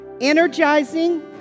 energizing